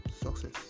success